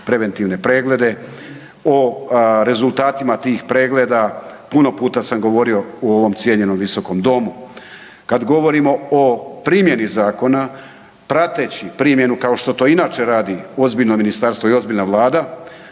preventivne preglede, o rezultatima tih pregleda, puno puta sam govorio u ovom cijenjenom Viskom domu. Kad govorimo o primjenu zakona, prateći primjenu kao što to inače radi ozbiljno ministarstvo i ozbiljna Vlada,